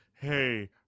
Hey